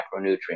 macronutrients